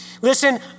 Listen